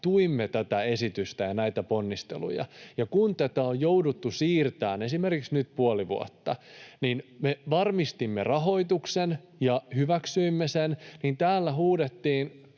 tuimme tätä esitystä ja näitä ponnisteluja, ja nyt kun tätä on jouduttu siirtämään esimerkiksi puoli vuotta, niin me varmistimme rahoituksen ja hyväksyimme sen ja täällä huudettiin